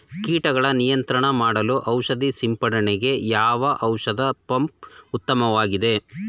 ಕೀಟಗಳ ನಿಯಂತ್ರಣ ಮಾಡಲು ಔಷಧಿ ಸಿಂಪಡಣೆಗೆ ಯಾವ ಔಷಧ ಪಂಪ್ ಉತ್ತಮವಾಗಿದೆ?